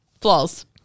Flaws